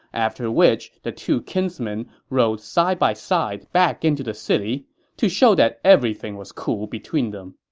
after which the two kinsmen rode side by side back into the city to show that everything was cool between them